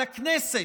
על הכנסת,